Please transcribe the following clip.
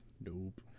Nope